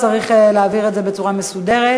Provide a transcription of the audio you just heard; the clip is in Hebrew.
צריך להעביר את זה בצורה מסודרת.